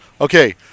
Okay